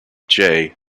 jay